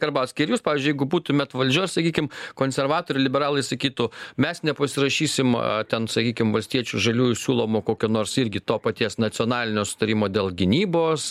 karbauski ir jūs pavyzdžiui jeigu būtumėt valdžioj sakykim konservatoriai liberalai sakytų mes nepasirašysim ten sakykim valstiečių žaliųjų siūlomo kokio nors irgi to paties nacionalinio sutarimo dėl gynybos